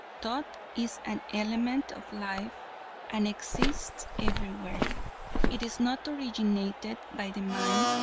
thought is an element of life and exists everywhere it is not originated by the mind,